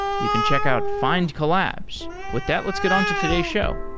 you can check out findcollabs. with that, let's get on to today's show.